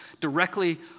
directly